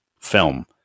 film